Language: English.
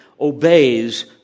obeys